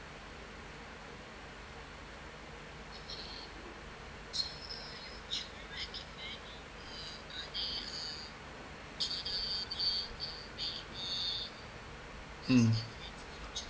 mm